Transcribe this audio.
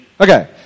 Okay